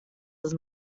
his